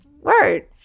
Word